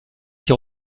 qui